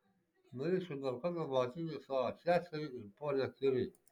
norėčiau dar kartą pamatyti tavo seserį ir ponią kiuri